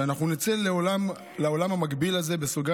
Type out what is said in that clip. כדי שאנחנו נצא לעולם המקביל הזה בחוץ,